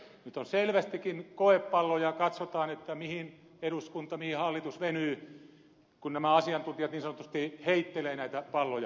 nyt on selvästikin koepalloja katsotaan mihin eduskunta mihin hallitus venyy kun nämä asiantuntijat niin sanotusti heittelevät näitä palloja